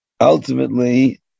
Ultimately